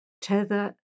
Tether